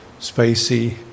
spacey